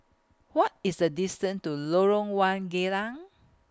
What IS The distance to Lorong one Geylang